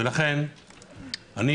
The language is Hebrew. ולכן אני